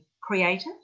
creative